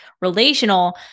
relational